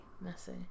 Messy